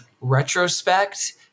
retrospect